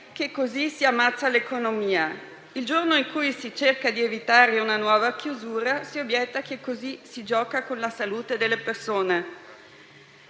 che così si ammazza l'economia; il giorno in cui si cerca di evitare una nuova chiusura, si obietta che così si gioca con la salute delle persone.